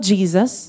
Jesus